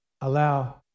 allow